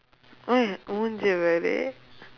!oi! மூஞ்சே பாரு:muunjsee paaru